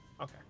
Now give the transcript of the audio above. Okay